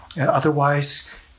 otherwise